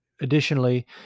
additionally